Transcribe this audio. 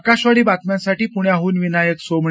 आकाशवाणी बातम्यांसाठी पुण्याहून विनायक सोमणी